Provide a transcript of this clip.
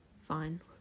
Fine